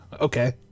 okay